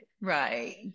Right